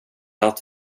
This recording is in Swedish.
att